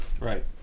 Right